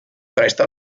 presta